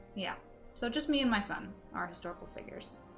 yeah so just me and my son are historical figures